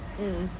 mm